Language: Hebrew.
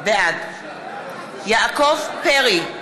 בעד יעקב פרי,